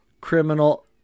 criminal